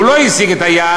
והוא לא השיג את היעד,